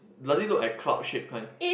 does it look like cloud shape kind